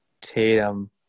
Tatum